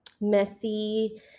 messy